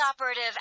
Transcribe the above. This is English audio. operative